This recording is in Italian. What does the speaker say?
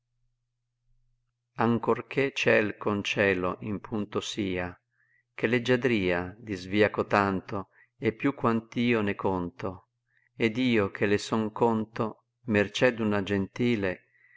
ancorché ciel con cielo in punto sia che leggiadria disvia cotanto e più quant io ne conto ed io che le son conto mercè d'una gentile